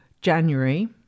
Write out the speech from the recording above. January